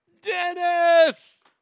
Dennis